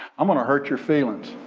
i'm gonna hurt your feelings.